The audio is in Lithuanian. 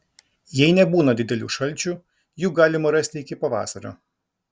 jei nebūna didelių šalčių jų galima rasti iki pavasario